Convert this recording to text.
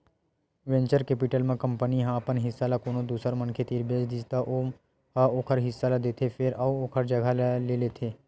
venture capital म company ह अपन हिस्सा ल कोनो दूसर मनखे तीर बेच दिस त ओ ह ओखर हिस्सा ल लेथे फेर अउ ओखर जघा ले लेथे